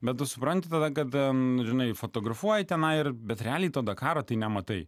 bet tu supranti tada kada nu žinai fotografuoji tenai ir bet realiai to dakaro tai nematai